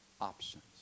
options